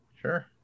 Sure